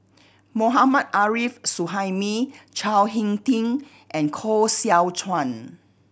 Mohammad Arif Suhaimi Chao Hick Tin and Koh Seow Chuan